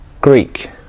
Greek